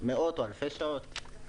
מאות או אלפי שעות.